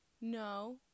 no